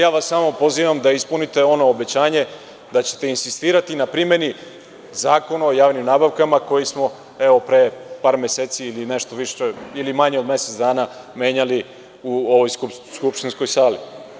Ja vas samo pozivam da ispunite ono obećanje da ćete insistirati na primeni Zakona o javnim nabavkama koji smo pre par meseci ili nešto više ili manje od mesec dana menjali u ovoj skupštinskoj sali.